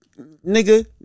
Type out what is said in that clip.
nigga